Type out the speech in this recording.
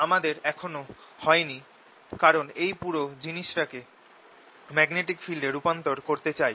আমাদের এখনও হয় নি কারণ এই পুরো জিনিস টাকে ম্যাগনেটিক ফিল্ড এ রূপান্তর করতে চাই